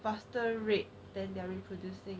faster rate than they are reproducing